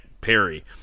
Perry